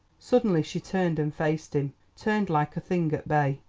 suddenly she turned and faced him turned like a thing at bay.